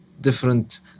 different